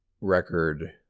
record